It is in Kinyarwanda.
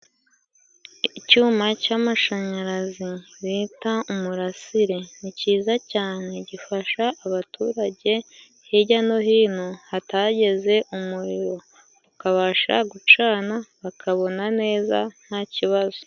Icyuma cy'amashanyarazi bita umurasire ni cyiza cyane gifasha abaturage hijya no hino hatageze umuriro tukabasha gucana bakabona neza ntakibazo.